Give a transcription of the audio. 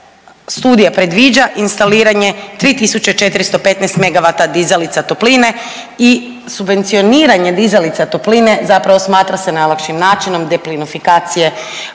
studija predviđa instaliranje 3415 megavata dizalica topline i subvencioniranje dizalica topline zapravo smatra se najlakšim načinom deplinifikacije